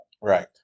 right